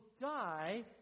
die